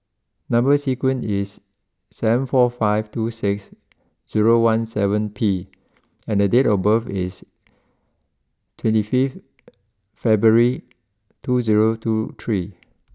number sequence is seven four five two six zero one seven P and date of birth is twenty fifth February two zero two three